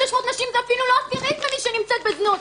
600 נשים זה אפילו לא עשירית ממי שנמצאת בזנות.